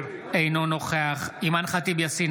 אינו נוכח אימאן ח'טיב יאסין,